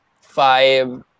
five